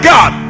God